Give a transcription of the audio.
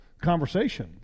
conversation